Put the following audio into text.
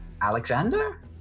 Alexander